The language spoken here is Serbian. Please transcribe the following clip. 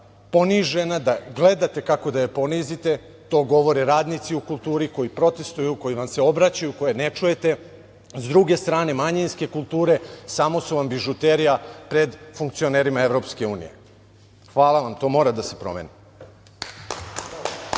ponižena, da gledate kako da je ponizite, a to govore radnici u kulturi koji protestuju, koji vam se obraćaju, koje ne čujete.S druge strane, manjinske kulture samo su vam bižuterija pred funkcionerima EU. To mora da se promeni. Hvala vam.